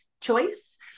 choice